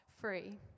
free